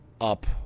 up